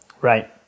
Right